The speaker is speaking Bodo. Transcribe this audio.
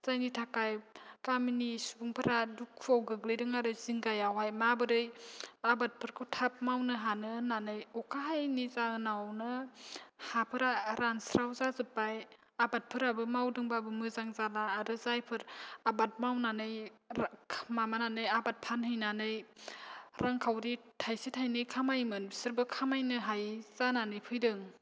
जायनि थाखाय गामिनि सुबुंफोरा दुखुवाव गोग्लैदों आरो जिंगायावहाय माबोरै आबादफोरखौ थाब मावनो हानो होननानै अखा हायैनि जाहोनावनो हाफोरा रानस्राव जाजोब्बाय आबादफोराबो मावदोंब्लाबो मोजां जाला आरो जायफोर आबाद मावनानै माबानानै आबाद फानहैनानै रांखावरि थायसे थायनै खामायोमोन बिसोरबो खामायनो हायै जानानै फैदों